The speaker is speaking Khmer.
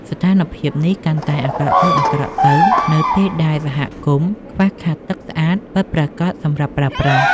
ស្ថានភាពនេះកាន់តែអាក្រក់ទៅៗ នៅពេលដែលសហគមន៍ខ្វះខាតទឹកស្អាតពិតប្រាកដសម្រាប់ប្រើប្រាស់។